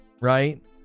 right